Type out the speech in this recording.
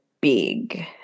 big